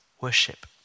worship